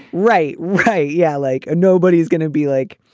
right right. yeah. like a nobody is going to be like.